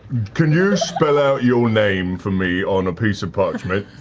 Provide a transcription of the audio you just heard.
can you spell out your name for me on a piece of parchment?